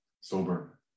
sober